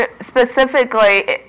Specifically